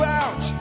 out